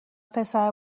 پسر